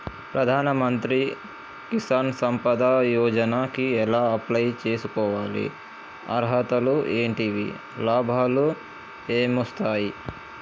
ప్రధాన మంత్రి కిసాన్ సంపద యోజన కి ఎలా అప్లయ్ చేసుకోవాలి? అర్హతలు ఏంటివి? లాభాలు ఏమొస్తాయి?